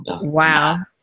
Wow